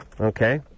Okay